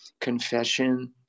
confession